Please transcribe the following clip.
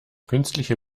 künstliche